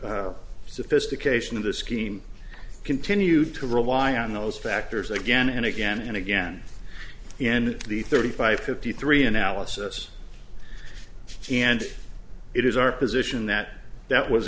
the sophistication of the scheme continued to rely on those factors again and again and again the end of the thirty five fifty three analysis and it is our position that that was